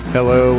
Hello